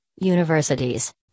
universities